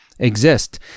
exist